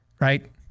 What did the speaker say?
right